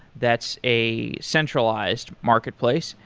that's a centralized marketplace.